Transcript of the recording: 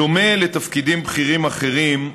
בדומה לתפקידים בכירים אחרים,